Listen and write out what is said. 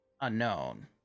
Unknown